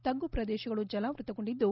ತಗ್ಗು ಪ್ರದೇಶಗಳು ಜಲಾವೃತಗೊಂಡಿದ್ದು